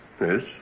Yes